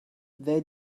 they